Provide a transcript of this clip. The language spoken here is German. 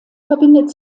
verbindet